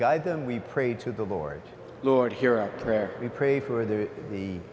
guide them we prayed to the lord lord here where we pray for the the